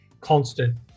constant